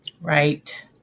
Right